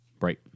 right